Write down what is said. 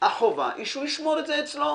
החובה היא שהוא ישמור את זה אצלו.